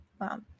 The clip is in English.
Wow